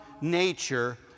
nature